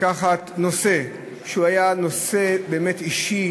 לקחת נושא שהיה באמת אישי,